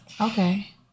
Okay